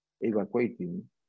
evacuating